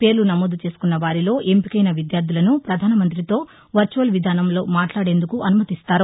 పేర్ల నమోదు చేసుకున్న వారిలో ఎంపికైన విద్యార్థులను ప్రధానమంత్రితో వర్చువల్ విధానంలో మాట్లాదేందుకు అనుమతిస్తారు